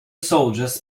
soldiers